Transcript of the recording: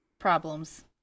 problems